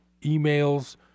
emails